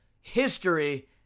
history